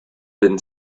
been